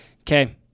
Okay